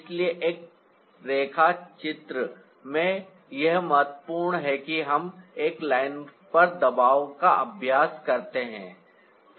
इसलिए एक रेखा चित्र में यह महत्वपूर्ण है कि हम एक लाइन पर दबाव का अभ्यास करते हैं